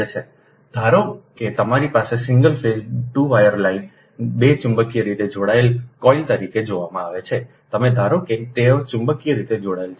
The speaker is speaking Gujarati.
ધારો કે તમારી પાસે સિંગલ ફેઝ 2 વાયર લાઇન બે ચુંબકીય રીતે જોડાયેલા કોઇલ તરીકે જોવામાં આવી છે તમે ધારો છો કે તેઓ ચુંબકીય રીતે જોડાયેલા છે